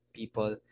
people